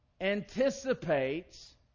anticipates